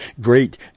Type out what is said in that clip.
great